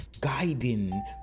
guiding